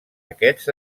aquests